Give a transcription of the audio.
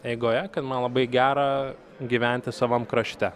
eigoje kad man labai gera gyventi savam krašte